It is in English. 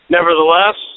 Nevertheless